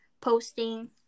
posting